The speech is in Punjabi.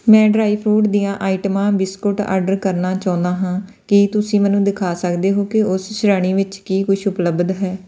ਮੈਂ ਡਰਾਈ ਫਰੂਟ ਦੀਆਂ ਆਈਟਮਾਂ ਬਿਸਕੁਟ ਆਡਰ ਕਰਨਾ ਚਾਹੁੰਦਾ ਹਾਂ ਕੀ ਤੁਸੀਂ ਮੈਨੂੰ ਦਿਖਾ ਸਕਦੇ ਹੋ ਕਿ ਉਸ ਸ਼੍ਰੇਣੀ ਵਿੱਚ ਕੀ ਕੁਛ ਉਪਲੱਬਧ ਹੈ